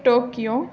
Tokyo